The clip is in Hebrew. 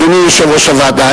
אדוני יושב-ראש הוועדה,